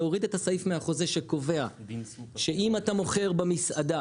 להוריד את הסעיף מהחוזה שקובע שאם אתה מוכר במסעדה